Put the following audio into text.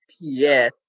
Yes